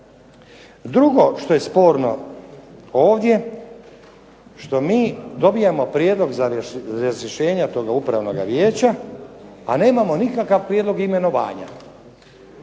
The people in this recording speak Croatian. Drugo što je sporno ovdje, što mi dobivamo prijedlog za rješenje toga upravnoga vijeća, a nemamo nikakav prijedlog imenovanja.